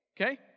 okay